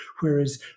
whereas